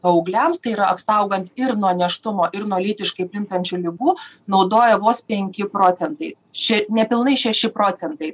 paaugliams tai yra apsaugant ir nuo nėštumo ir nuo lytiškai plintančių ligų naudoja vos penki procentai ši nepilnai šeši procentai